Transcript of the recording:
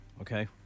Okay